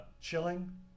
Chilling